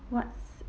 what's